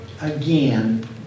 again